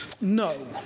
No